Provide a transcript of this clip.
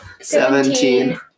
Seventeen